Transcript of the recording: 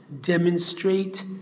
demonstrate